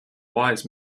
wise